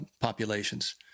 populations